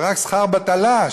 רק שכר בטלה,